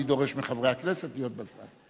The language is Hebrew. אני דורש מחברי הכנסת להיות בזמן.